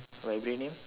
Vibranium